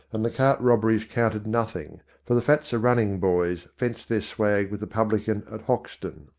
and the cart robberies counted nothing, for the fat's a-running boys fenced their swag with a publican at hoxton.